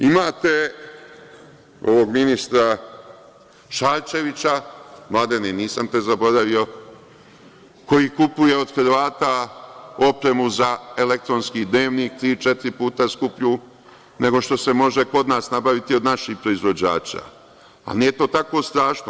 Imate ovog ministra Šarčevića, Mladene, nisam te zaboravio, koji kupuje od Hrvata opremu za elektronski dnevnik tri, četiri puta skuplju nego što se može kod nas nabaviti od naših proizvođača, ali nije to tako strašno.